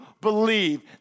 believe